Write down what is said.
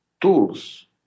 tools